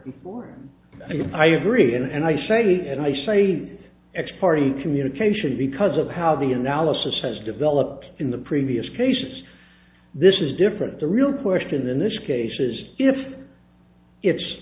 born i agree and i say it i say x party communication because of how the analysis has developed in the previous cases this is different the real question in this case is if it's